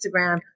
Instagram